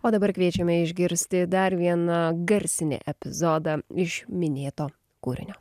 o dabar kviečiame išgirsti dar vieną garsinį epizodą iš minėto kūrinio